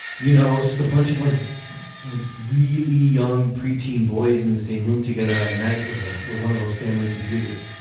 you know, it was just a bunch of like like really young pre-teen boys in the same room together at night with a with one of those family computers.